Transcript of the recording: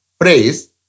phrase